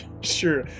Sure